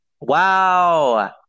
Wow